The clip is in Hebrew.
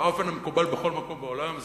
באופן המקובל בכל מקום בעולם,